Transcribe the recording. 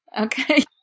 Okay